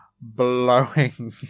blowing